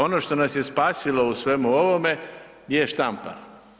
Ono što nas je spasilo u svemu ovome je Štampar.